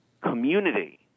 community